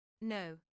No